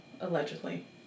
allegedly